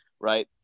right